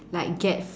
like get